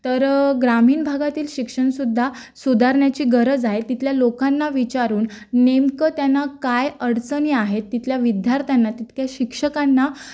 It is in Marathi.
तर ग्रामीण भागातील शिक्षणसुद्धा सुधारण्याची गरज आहे तिथल्या लोकांना विचारून नेमकं त्यांना काय अडचणी आहे तिथल्या विध्यार्थ्यांना तितक्या शिक्षकांना